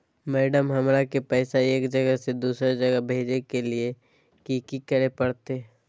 Madam, हमरा के पैसा एक जगह से दुसर जगह भेजे के लिए की की करे परते?